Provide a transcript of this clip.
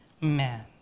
man